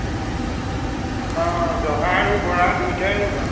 অঁ জহা আৰু বৰা দুয়োটাই ৰুবা